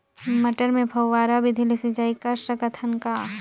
मटर मे फव्वारा विधि ले सिंचाई कर सकत हन का?